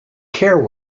care